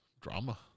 drama